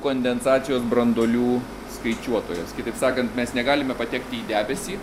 kondensacijos branduolių skaičiuotojas kitaip sakant mes negalime patekti į debesį